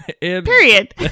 Period